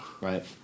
Right